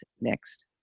next